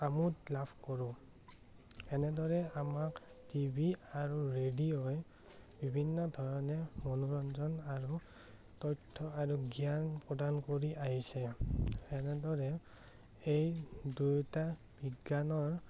আমোদ লাভ কৰোঁ এনেদৰে আমাক টিভি আৰু ৰেডিঅ'ই বিভিন্ন ধৰণে মনোৰঞ্জন আৰু তথ্য আৰু জ্ঞান প্ৰদান কৰি আহিছে এনেদৰে এই দুয়োটা বিজ্ঞানৰ